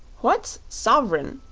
what's sov'rin,